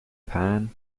pan